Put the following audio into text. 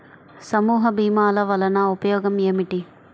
సమూహ భీమాల వలన ఉపయోగం ఏమిటీ?